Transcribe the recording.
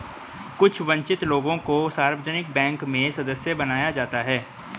कुछ वन्चित लोगों को सार्वजनिक बैंक में सदस्य बनाया जाता है